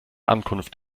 ankunft